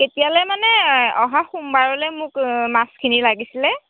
কেতিয়ালৈ মানে অহা সোমবাৰলৈ মোক মাছখিনি লাগিছিলে